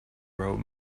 wrote